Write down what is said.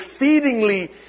exceedingly